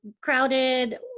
crowded